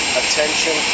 attention